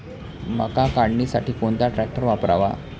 मका काढणीसाठी कोणता ट्रॅक्टर वापरावा?